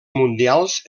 mundials